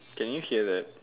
can you hear that